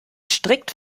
strikt